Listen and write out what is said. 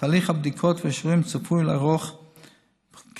תהליך הבדיקות והאישורים צפוי לארוך חודשיים-שלושה.